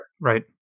Right